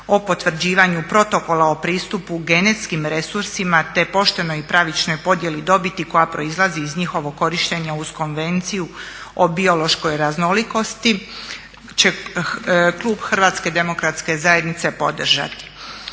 o potvrđivanju Protokola o pristupu genetskim resursima te poštenoj i pravičnoj podjeli dobiti koja proizlazi iz njihova korištenja uz Konvenciju o biološkoj raznolikosti će Klub Hrvatske demokratske zajednice podržati.